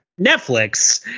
Netflix